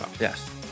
Yes